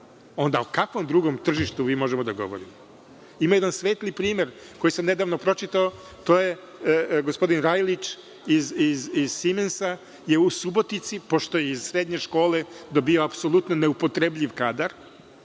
onda o kakvom drugom tržištu mi možemo da govorimo? Ima jedan svetli primer koji sam nedavno pročitao. Gospodin Rajlić iz „Simensa“ je u Subotici, pošto je iz srednje škole dobijao apsolutno neupotrebljiv kadar,